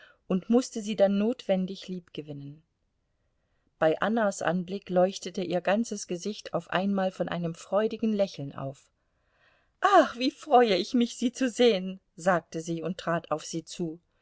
und mußte sie dann notwendig liebgewinnen bei annas anblick leuchtete ihr ganzes gesicht auf einmal von einem freudigen lächeln auf ach wie freue ich mich sie zu sehen sagte sie und trat auf sie zu